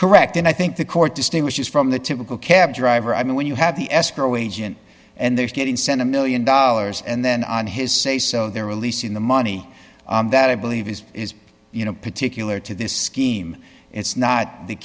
correct and i think the court distinguishes from the typical cab driver i mean when you have the escrow agent and there's getting sent a one million dollars and then on his say so they're releasing the money that i believe is is you know particular to this scheme it's not the